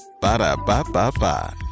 Ba-da-ba-ba-ba